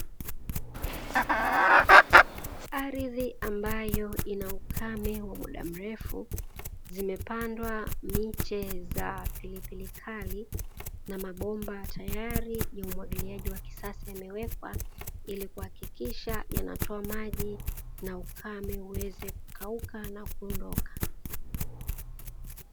Ardhi ambayo ina ukame wa muda mrefu zimepandwa miche za pilipili kali na mabomba tayari ya umwagiliaji wa kisasa yamewekwa ili kuhakikisha yanatoa maji na ukame uweze kukauka na kuondoka.